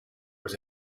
was